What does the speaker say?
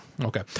Okay